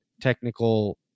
technical